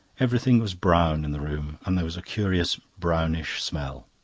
everything was brown in the room, and there was a curious brownish smell.